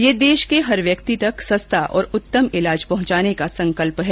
ये देश के हर व्यक्ति तक सस्ता और उत्तम इलाज पहुंचाने का संकल्प है